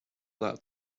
that